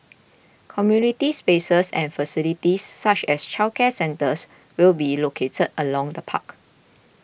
community spaces and facilities such as childcare centres will be located along the park